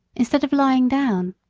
instead of lying down,